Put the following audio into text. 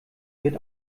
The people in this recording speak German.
wird